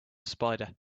spider